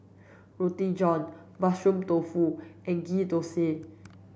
roti john mushroom tofu and ghee thosai